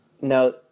no